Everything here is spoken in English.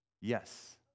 Yes